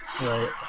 Right